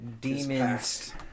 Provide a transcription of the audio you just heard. demons